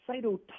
cytotoxic